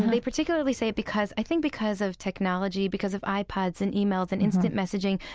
they particularly say it, because, i think, because of technology. because of ipods and yeah e-mails and instant messaging,